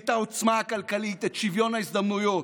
את העוצמה הכלכלית, את שוויון ההזדמנויות,